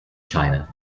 china